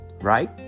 right